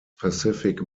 pacific